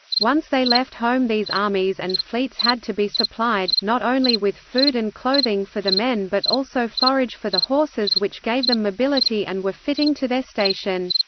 once they left home these armies and fleets had to be supplied, not only with food and clothing for the men but also forage for the horses which gave them mobility and were fitting to their station.